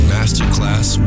Masterclass